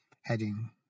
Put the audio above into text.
heading